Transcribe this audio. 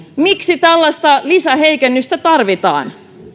miksi tällaista lisäheikennystä tarvitaan